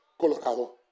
colorado